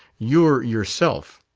you're yourself,